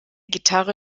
gitarre